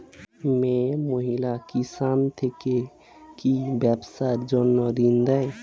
মিয়ে মহিলা কিষান থেকে কি ব্যবসার জন্য ঋন দেয়?